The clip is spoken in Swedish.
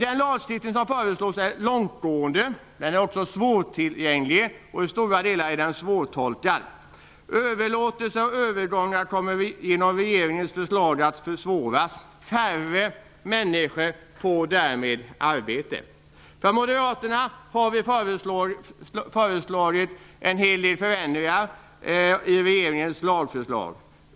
Den lagstiftning som föreslås är långtgående. Den är också svårtillgänglig och i stora delar svårtolkad. Överlåtelser och övergångar kommer att försvåras genom regeringens förslag. Färre människor får därmed arbete. Vi moderater har föreslagit en hel del förändringar i regeringens lagförslag.